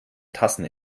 tassen